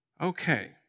Okay